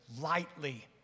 lightly